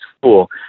school